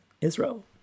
Israel